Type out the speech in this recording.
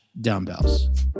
dumbbells